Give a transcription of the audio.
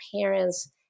parents